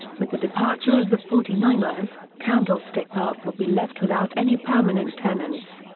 with the departure of the forty nine ers, candlestick park will be left without any permanent tenants.